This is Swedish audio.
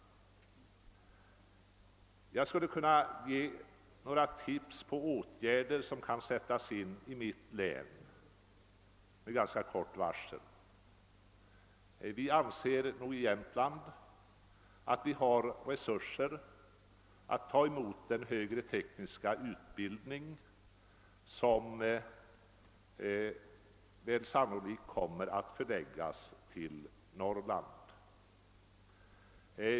Jag skulle kunna ge några tips på åtgärder som kan sättas in i mitt län med ganska kort varsel. I Jämtland anser vi nog att vi har resurser att ta emot den högre tekniska utbildning som sannolikt kommer att förläggas till Norrland.